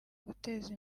guteza